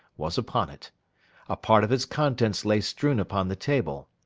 was upon it a part of its contents lay strewn upon the table,